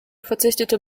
verzichtete